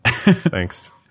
Thanks